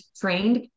trained